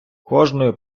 кожною